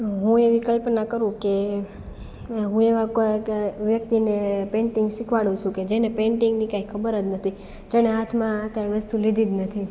હું એવી કલ્પના કરું કે હું એવા કોઈક વ્યક્તિને પેંટિંગ સિખવાડું સુ કે જેને પેંટિંગની કાંઈ ખબર જ નથી જેણે હાથમાં આ કાંઈ વસ્તુ લીધી જ નથી